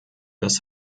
des